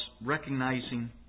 recognizing